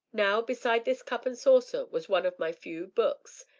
now, beside this cup and saucer was one of my few books,